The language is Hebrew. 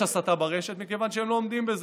יש הסתה ברשת מכיוון שהן לא עומדות בזה.